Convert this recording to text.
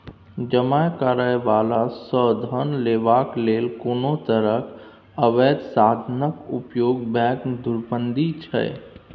जमा करय बला सँ धन लेबाक लेल कोनो तरहक अबैध साधनक उपयोग बैंक धुरफंदी छै